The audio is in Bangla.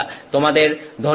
তোমাদের ধন্যবাদ